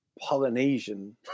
Polynesian